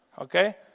okay